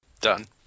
Done